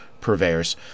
purveyors